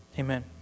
Amen